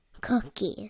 cookies